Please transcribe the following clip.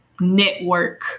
network